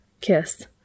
kiss